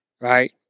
right